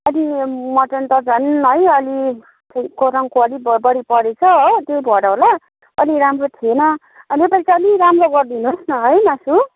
अलि मटन त झन है अलि खोइ करङको बढी परेछ हो त्यो भएर होला अलि राम्रो थिएन योपाली चाहिँ अलि राम्रो गरिदिनुहोस् न है मासु